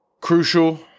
crucial